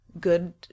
good